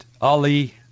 Ali